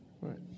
Right